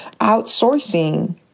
outsourcing